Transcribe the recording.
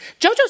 Jojo